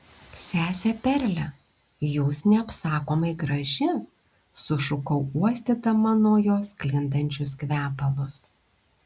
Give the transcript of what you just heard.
sese perle jūs neapsakomai graži sušukau uostydama nuo jos sklindančius kvepalus